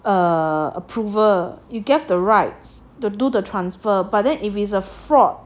a~ approval you gave the rights to do the transfer but then if it's a fraud